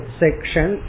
section